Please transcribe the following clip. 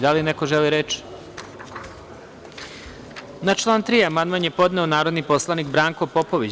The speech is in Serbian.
Da li neko želi reč? (Ne.) Na član 3. amandman je podneo narodni poslanik Branko Popović.